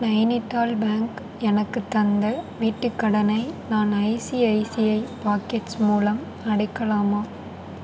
Nainital bank எனக்குத் தந்த வீட்டுக் கடனை நான் ஐசிஐசிஐ பாக்கெட்ஸ் மூலம் அடைக்கலாமா